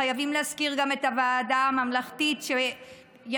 חייבים להזכיר גם את הוועדה הממלכתית שהיא